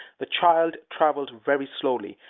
the child traveled very slowly,